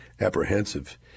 apprehensive